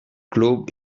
club